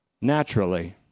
Naturally